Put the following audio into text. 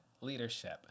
leadership